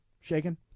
shaken